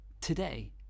today